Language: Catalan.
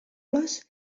les